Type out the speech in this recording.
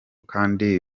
kandi